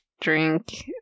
drink